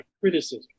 criticism